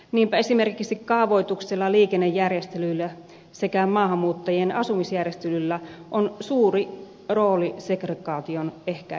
niinpä esimerkiksi kaavoituksella liikennejärjestelyillä sekä maahanmuuttajien asumisjärjestelyillä on suuri rooli segregaation ehkäisemisessä